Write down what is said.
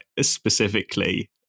specifically